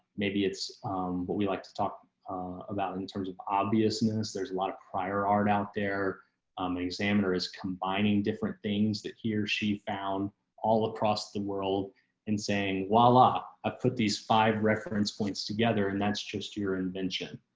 maybe it's what we like to talk about in terms of obviousness. there's a lot of prior art out there um examiner is combining different things that he or she found all across the world and saying, while ah i put these five reference points together and that's just your invention.